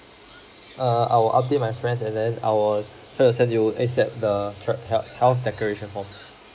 err I will update my friends and then I will help to you A_S_A_P the tra~ health health declaration form